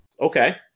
Okay